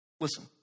Listen